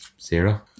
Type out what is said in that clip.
zero